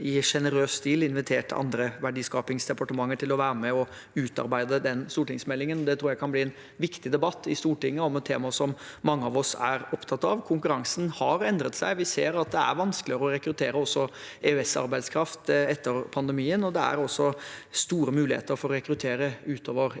i sje nerøs stil invitert andre verdiskapingsdepartementer til å være med på å utarbeide den stortingsmeldingen. Det tror jeg kan bli en viktig debatt i Stortinget om et tema som mange av oss er opptatt av. Konkurransen har endret seg. Vi ser at det er vanskeligere å rekruttere også EØS-arbeidskraft etter pandemien, og det er også store muligheter for å rekruttere utover EØS. Det at